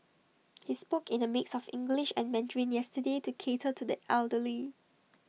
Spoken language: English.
he spoke in A mix of English and Mandarin yesterday to cater to the elderly